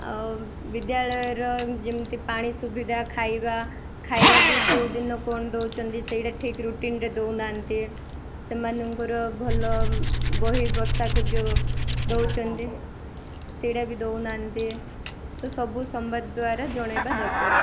ଆଉ ବିଦ୍ୟାଳୟର ଯେମିତି ପାଣି ସୁବିଧା ଖାଇବା ଖାଇବା ବି କେଉଁ ଦିନ କ'ଣ ଦଉଛନ୍ତି ସେଇଟା ଠିକ୍ ରୁଟିନ୍ରେ ଦଉନାହାନ୍ତି ସେମାନଙ୍କର ଭଲ ବହି ବସାକୁ ଯେଉଁ ଦଉଛନ୍ତି ସେଇଟା ବି ଦଉନାହାନ୍ତି ସବୁ ସମ୍ବାଦ ଦ୍ୱାରା ଜଣେଇବା ଦରକାର